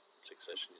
succession